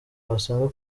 wasanga